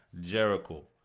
jericho